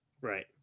right